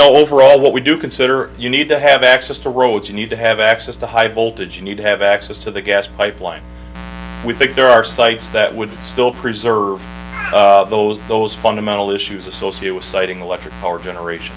know overall what we do consider you need to have access to roads you need to have access to high voltage you need to have access to the gas pipeline we think there are sites that would still preserve those those fundamental issues associated with siting electric power generation